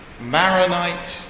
Maronite